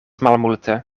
malmulte